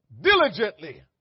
diligently